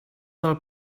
del